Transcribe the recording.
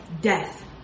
death